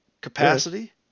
capacity